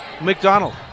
McDonald